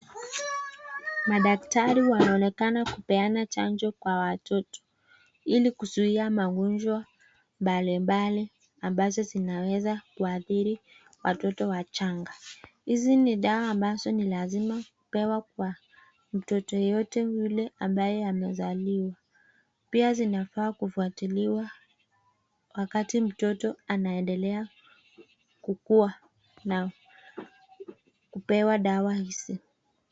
Madaktari wanaonekana kupeana chanjo kwa watoto ili kuzuia magonjwa mbali mbali ambazo zinaweza kuathiri watoto wachanga. Hizi ni dawa ambazo ni lazima kupewa kwa mtoto yeyote yule ambaye amezaliwa. Pia zinafaa kufuatiliwa wakati mtoto anaendelea kukua na kupewa dawa hizi.